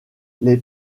les